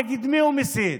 נגד מי הוא מסית?